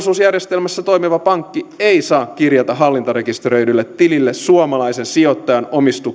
osuusjärjestelmässä toimiva pankki ei saa kirjata hallintarekisteröidylle tilille suomalaisen sijoittajan